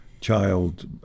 child